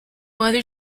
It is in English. other